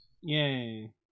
Yay